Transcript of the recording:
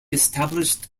established